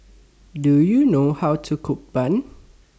Do YOU know How to Cook Bun